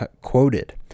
quoted